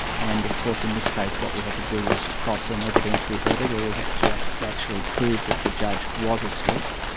and of course in this case, what we had to do was cross an evidentiary hurdle where we had to actually prove that the judge was asleep,